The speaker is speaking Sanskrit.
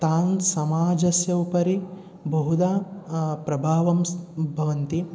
तां समाजस्य उपरि बहुधा प्रभावं सः भवन्ति